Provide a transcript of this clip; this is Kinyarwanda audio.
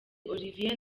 olivier